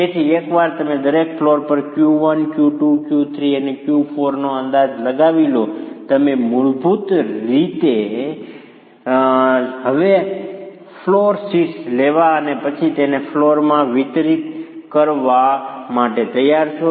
તેથી એકવાર તમે દરેક ફ્લોર પર Q1 Q2 Q3 અને Q4 નો અંદાજ લગાવી લો તમે મૂળભૂત રીતે હવે ફ્લોર શીર્સ લેવા અને પછી તેને ફ્લોરમાં વિતરિત કરવા માટે તૈયાર છો